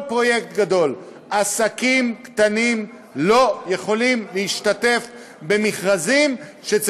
פרויקט גדול עסקים קטנים לא יכולים להשתתף במכרזים שבהם